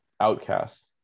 Outcast